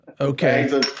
Okay